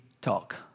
talk